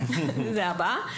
זה הנושא הבא.